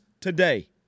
today